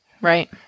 Right